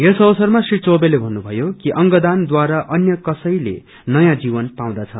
यस अवसरमा श्री चौबेले भन्नुभयो कि अंगदानद्वारा अन्य कसैले नयाँ जीवन पाउँदछ